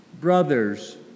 brothers